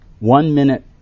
one-minute